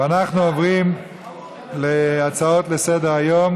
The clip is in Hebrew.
ואנחנו עוברים להצעות לסדר-היום